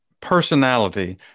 personality